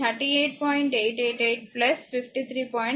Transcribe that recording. కాబట్టి38